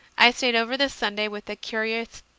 i stayed over the sunday, with a curious,